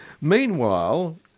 Meanwhile